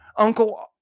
Uncle